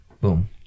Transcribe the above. Boom